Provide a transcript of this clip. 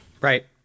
Right